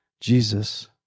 Jesus